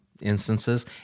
instances